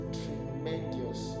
tremendous